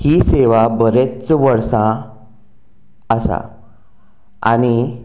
ही सेवा बरींच वर्सां आसा आनी